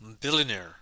billionaire